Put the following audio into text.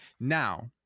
Now